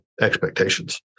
expectations